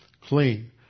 clean